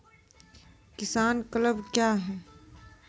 किसान क्लब क्या हैं?